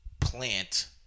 plant